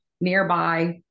nearby